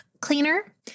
Cleaner